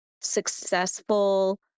successful